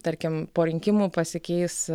tarkim po rinkimų pasikeis